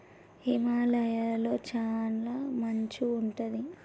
హిమాలయ లొ చాల మంచు ఉంటది